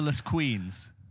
queens